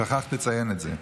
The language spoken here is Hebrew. שכחת לציין את זה.